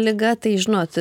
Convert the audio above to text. liga tai žinot